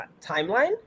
timeline